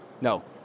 no